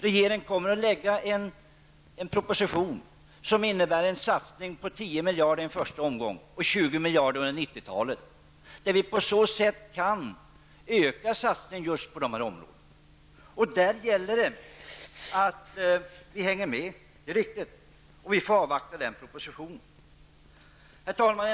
Regeringen kommer att lägga fram en proposition som innebär en satsning på 10 miljarder i den första omgången och 20 miljarder under 90-talet. På så sätt kan vi öka satsningen på just dessa områden. Det gäller att vi hänger med. Det är riktigt. Vi får avvakta den propositionen. Herr talman!